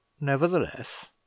nevertheless